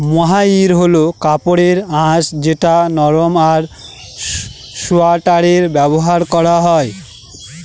মহাইর হল কাপড়ের আঁশ যেটা নরম আর সোয়াটারে ব্যবহার করা হয়